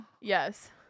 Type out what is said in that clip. Yes